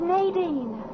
Nadine